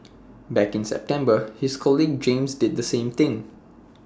back in September his colleague James did the same thing